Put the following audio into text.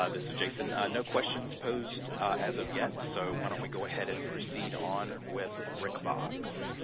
ah this is jason. no questions posed as of yet. so why don't we go ahead and proceed on with rick boggs.